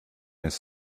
his